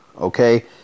Okay